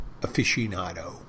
aficionado